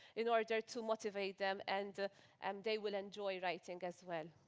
in order to motivate them. and um they will enjoy writing as well.